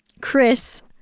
Chris